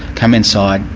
come inside,